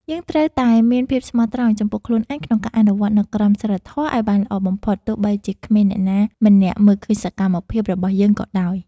យើងត្រូវតែមានភាពស្មោះត្រង់ចំពោះខ្លួនឯងក្នុងការអនុវត្តនូវក្រមសីលធម៌ឱ្យបានល្អបំផុតទោះបីជាគ្មានអ្នកណាម្នាក់មើលឃើញសកម្មភាពរបស់យើងក៏ដោយ។